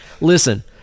listen